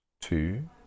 two